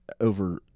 over